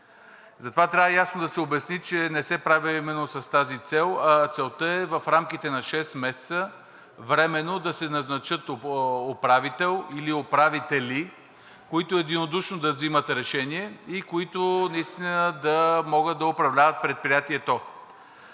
Затова ясно трябва да се обясни, че не се прави именно с тази цел, а целта е в рамките на шест месеца временно да се назначава управител или управители, които единодушно да взимат решение и наистина да могат да управляват предприятието.